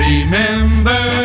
Remember